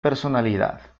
personalidad